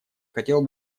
хотела